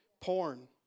porn